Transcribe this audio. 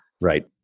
Right